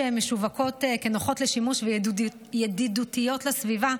שמשווקות כנוחות לשימוש וידידותיות לסביבה,